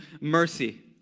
mercy